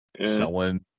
Selling